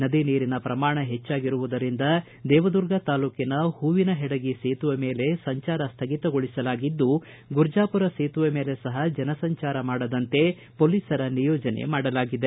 ನದಿ ನೀರಿನ ಪ್ರಮಾಣ ಹೆಚ್ಚಾಗಿರುವುದರಿಂದ ದೇವದುರ್ಗ ತಾಲೂಕಿನ ಹೂವಿನಹೆಡಗಿ ಸೇತುವೆ ಮೇಲೆ ಸಂಚಾರ ಸ್ವಗಿತಗೊಳಿಸಲಾಗಿದ್ದು ಗುರ್ಜಾಪುರ ಸೇತುವೆ ಮೇಲೆ ಸಹ ಜನಸಂಚಾರ ಮಾಡದಂತೆ ಪೊಲೀಸರ ನಿಯೋಜನೆ ಮಾಡಲಾಗಿದೆ